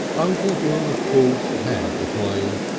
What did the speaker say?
uncle jim, of course, had a claim,